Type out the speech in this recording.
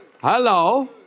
Hello